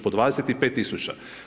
Po 25 tisuća.